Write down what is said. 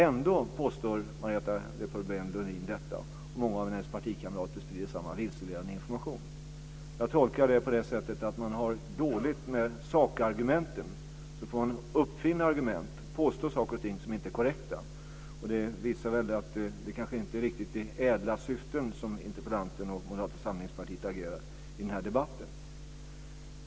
Ändå påstår Marietta de Pourbaix-Lundin detta, och många av hennes partikamrater sprider samma vilseledande information. Jag tolkar det så att man har dåligt med sakargument och får uppfinna argument, påstå saker och ting som inte är korrekta. Det visar väl att interpellanten och Moderata samlingspartiet kanske inte riktigt agerar i ädla syften i den här debatten.